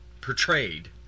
portrayed